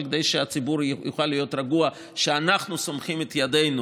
אבל כדי שהציבור יוכל להיות רגוע שאנחנו סומכים את ידינו